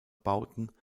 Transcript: bauten